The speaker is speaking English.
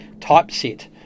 typeset